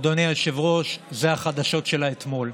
אדוני היושב-ראש, זה החדשות של אתמול.